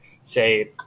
Say